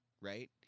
right